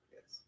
Yes